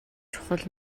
чухал